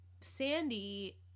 Sandy